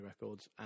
records